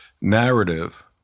narrative